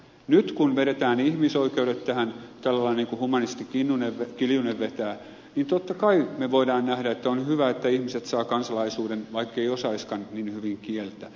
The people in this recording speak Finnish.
nyt kun vedetään ihmisoikeudet tähän tällä tavalla niin kuin humanisti kiljunen vetää niin totta kai me voimme nähdä että on hyvä että ihmiset saavat kansalaisuuden vaikkeivät osaisikaan niin hyvin kieltä